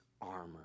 armor